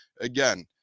again